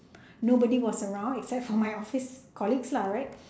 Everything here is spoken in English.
nobody was around except for my office colleagues lah right